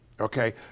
okay